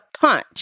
punch